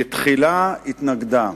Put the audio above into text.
בתחילה התנגדה.